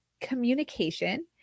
communication